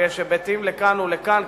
ויש היבטים לכאן ולכאן,